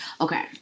Okay